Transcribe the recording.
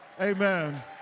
Amen